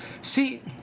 see